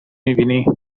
میبینی